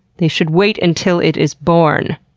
they should wait until it is born.